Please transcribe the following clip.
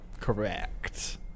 Correct